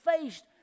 faced